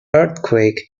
earthquake